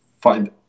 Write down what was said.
find